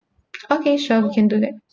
okay sure we can do that